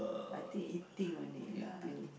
I think eating only lah